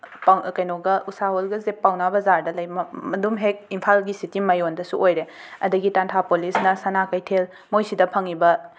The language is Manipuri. ꯄꯥꯎ ꯀꯩꯅꯣꯒ ꯎꯁꯥ ꯍꯣꯜꯒꯁꯦ ꯄꯥꯎꯅꯥ ꯕꯖꯥꯔꯗ ꯂꯩ ꯃ ꯑꯗꯨꯝ ꯍꯦꯛ ꯏꯝꯐꯥꯜꯒꯤ ꯁꯤꯇꯤ ꯃꯌꯣꯜꯗꯁꯨ ꯑꯣꯏꯔꯦ ꯑꯗꯒꯤ ꯇꯥꯟꯊꯥꯄꯣꯂꯤꯁꯅ ꯁꯅꯥ ꯀꯩꯊꯦꯜ ꯃꯣꯏꯁꯤꯗ ꯐꯪꯉꯤꯕ